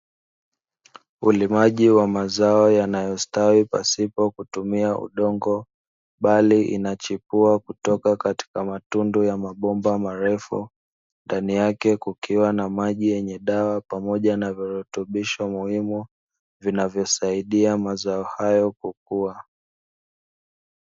Ulimaji wa mazao yanayostawi pasipo kutumia udongo. Bali inachipua kutoka katika matundu ya mabomba marefu. Ndani yake kukiwa na maji yenye dawa, pamoja na virutubisho muhimu vinavyosaidia mazao haya kukuwa.